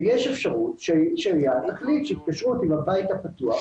ויש אפשרות שהעירייה תחליט שבהתקשרות עם הבית הפתוח